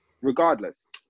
regardless